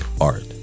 art